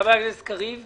חבר הכנסת קריב.